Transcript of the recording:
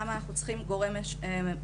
למה אנחנו צריכים גורם מקשר?